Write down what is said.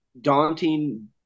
daunting